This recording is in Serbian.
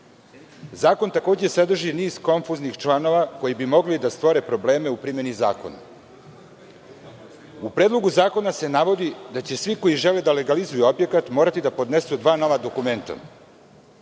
takođe sadrži niz konfuznih članova koji bi mogli da stvore probleme u primeni zakona. U Predlogu zakona se navodi da će svi koji žele da legalizuju objekat morati da podnesu dva nova dokumenta.